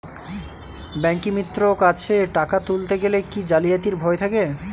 ব্যাঙ্কিমিত্র কাছে টাকা তুলতে গেলে কি জালিয়াতির ভয় থাকে?